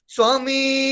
Swami